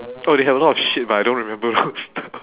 orh they have a lot of shit but I don't remember those stuff